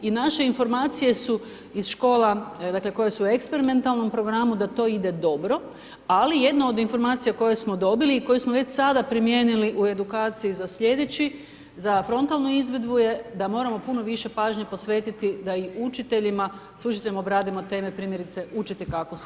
I naše informacije su iz škola dakle koje su u eksperimentalnom programu da to ide dobro ali jedna od informacija koju smo dobili i koju smo već sada primijenili u edukaciji za sljedeći, za frontalnu izvedbu je da moramo puno više pažnje posvetiti da i učiteljima, s učiteljima obradimo teme primjerice učiti kako se ući.